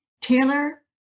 Taylor